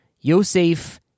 Yosef